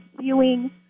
viewing